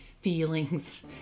feelings